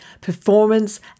performance